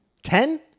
Ten